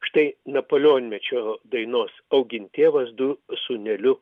štai napolionmečio dainos augin tėvas du sūneliu